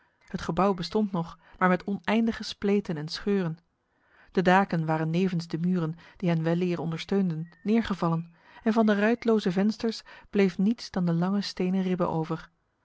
het gebouw bestond nog maar met oneindige spleten en scheuren de daken waren nevens de muren die hen weleer ondersteunden neergevallen en van de ruitloze vensters bleef niets dan de lange stenen ribben over